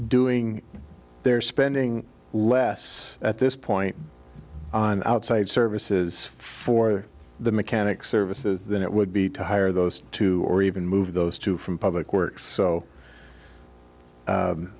doing they're spending less at this point on outside services for the mechanic services than it would be to hire those two or even move those two from public works so